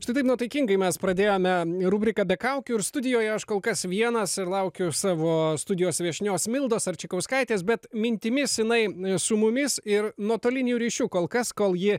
štai taip nuotaikingai mes pradėjome rubriką be kaukių ir studijoje aš kol kas vienas ir laukiu savo studijos viešnios mildos arčikauskaitės bet mintimis jinai n su mumis ir nuotoliniu ryšiu kol kas kol ji